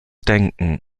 denken